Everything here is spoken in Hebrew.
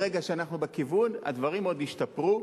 ברגע שאנחנו בכיוון, הדברים עוד ישתפרו